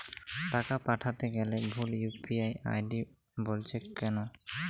টাকা পাঠাতে গেলে ভুল ইউ.পি.আই আই.ডি বলছে কেনো?